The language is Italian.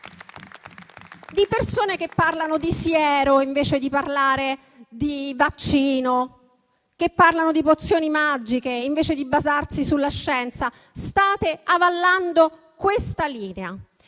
- che parla di siero invece di parlare di vaccino, che parla di pozioni magiche invece di basarsi sulla scienza. State avallando questa linea